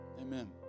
Amen